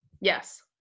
yes